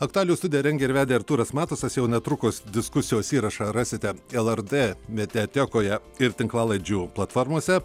aktualijų studiją rengė ir vedė artūras matusas jau netrukus diskusijos įrašą rasite lrt mediatekoje ir tinklalaidžių platformose